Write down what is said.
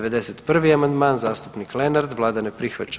91. amandman zastupnik Lenart, vlada ne prihvaća.